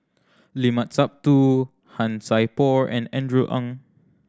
Limat Sabtu Han Sai Por and Andrew Ang